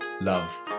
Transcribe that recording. love